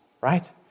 Right